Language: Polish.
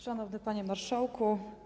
Szanowny Panie Marszałku!